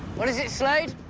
what does it say?